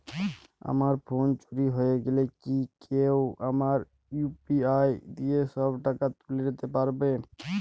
আমার ফোন চুরি হয়ে গেলে কি কেউ আমার ইউ.পি.আই দিয়ে সব টাকা তুলে নিতে পারবে?